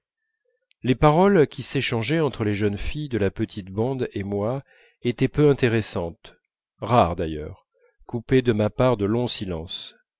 les paroles qui s'échangeaient entre les jeunes filles de la petite bande et moi étaient peu intéressantes rares d'ailleurs coupées de ma part de longs silences